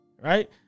right